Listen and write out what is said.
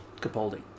Capaldi